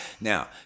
now